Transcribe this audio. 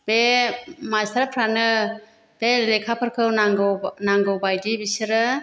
बे मास्टारफ्रानो बे लेखाफोरखौ नांगौ नांगौबायदि बिसोरो